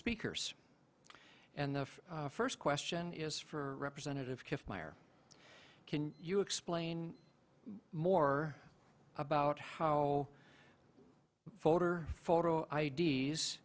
speakers and the first question is for representative can you explain more about how voter photo i